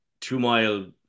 two-mile